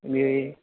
ఇది